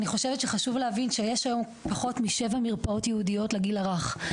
אני חושבת שחשוב להבין שיש היום פחות משבע מרפאות ייעודיות לגיל הרך,